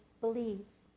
believes